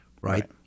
Right